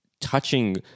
touching